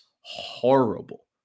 horrible